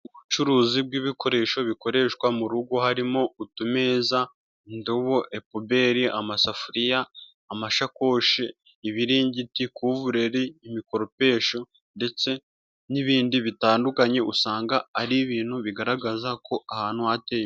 Ubucuruzi bw'ibikoresho bikoreshwa mu rugo harimo utumeza, indobo, epuberi, amasafuriya, amashakoshi, ibiringiti, kuvurere, imikoropesho ndetse n'ibindi bitandukanye usanga ari ibintu bigaragaza ko ahantu hateye.